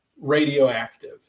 radioactive